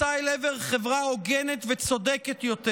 מסע אל עבר חברה הוגנת וצודקת יותר,